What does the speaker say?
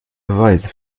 beweise